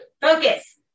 Focus